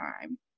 time